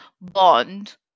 bond